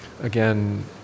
again